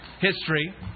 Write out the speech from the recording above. history